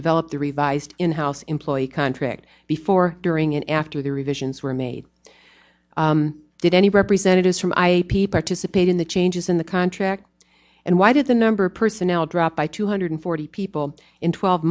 developed the revised in house employee contract before during and after the revisions were made did any representatives from i p participate in the changes in the contract and why did the number of personnel drop by two hundred forty people in twelve